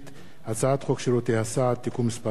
הצעת חוק שירותי הסעד (תיקון מס' 7),